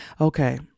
Okay